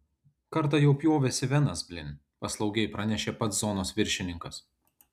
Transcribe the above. kartą jau pjovėsi venas blin paslaugiai pranešė pats zonos viršininkas